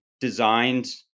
designed